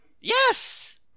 Yes